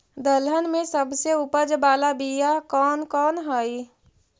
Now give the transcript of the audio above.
दलहन में सबसे उपज बाला बियाह कौन कौन हइ?